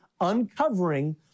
uncovering